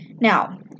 now